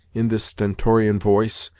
in this stentorian voice,